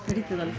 ಮುಗೀತದಲ್ಲ